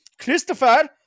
Christopher